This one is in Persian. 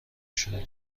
شروع